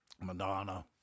Madonna